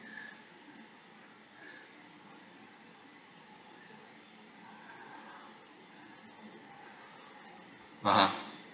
(uh huh)